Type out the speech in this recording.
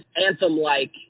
anthem-like